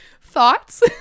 Thoughts